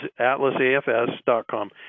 atlasafs.com